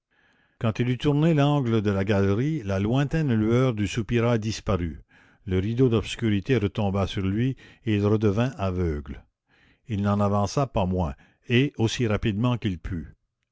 quand il eut tourné l'angle de la galerie la lointaine lueur du soupirail disparut le rideau d'obscurité retomba sur lui et il redevint aveugle il n'en avança pas moins et aussi rapidement qu'il put